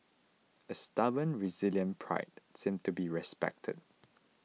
a stubborn resilient pride since to be respected